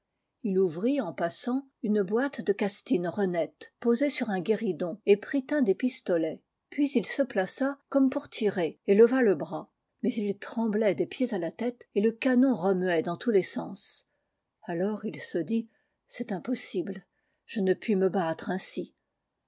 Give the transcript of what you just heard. il ouvrit en passant une boîte clegastinne renette posée sur un guéridon et prit un des pistolets puis il se plaça comme pour tirer et leva le bras mais il tremblait des f ieds à la tête et le canon remuait dans tous es sens alors il se dit c'est impossible je ne puis me battre ainsi